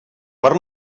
per